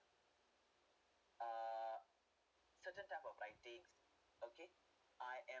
uh certain types of writing okay I am